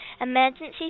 Emergency